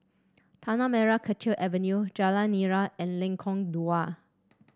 Tanah Merah Kechil Avenue Jalan Nira and Lengkong Dua